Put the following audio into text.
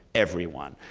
everyone.